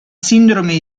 sindrome